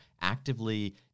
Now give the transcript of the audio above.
actively